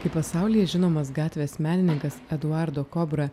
kai pasaulyje žinomas gatvės menininkas eduardo kobra